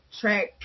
track